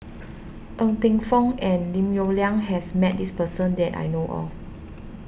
Ng Teng Fong and Lim Yong Liang has met this person that I know of